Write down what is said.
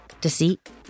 deceit